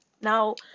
Now